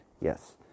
yes